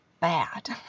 bad